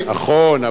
נכון,